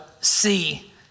see